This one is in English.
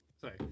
Sorry